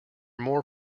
more